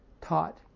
taught